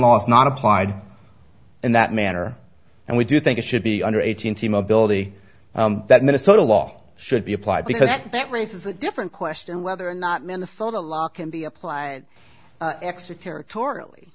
is not applied in that manner and we do think it should be under eighteen team ability that minnesota law should be applied because that raises a different question whether or not minnesota law can be applied extraterritorial